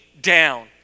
down